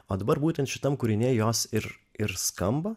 o dabar būtent šitam kūrinyje jos ir ir skamba